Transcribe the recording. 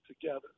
together